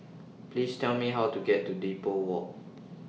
Please Tell Me How to get to Depot Walk